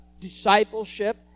discipleship